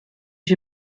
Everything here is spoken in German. ich